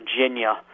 Virginia